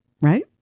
right